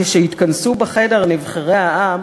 כשהתכנסו בחדר נבחרי העם,